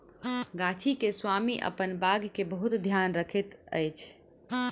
गाछी के स्वामी अपन बाग के बहुत ध्यान रखैत अछि